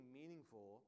meaningful